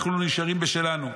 אנחנו נשארים בשלנו,